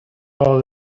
all